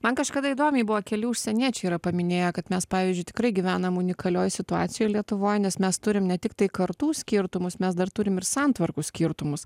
man kažkada įdomiai buvo keli užsieniečiai yra paminėję kad mes pavyzdžiui tikrai gyvenam unikalioj situacijoj lietuvoj nes mes turim ne tiktai kartų skirtumus mes dar turim ir santvarkų skirtumus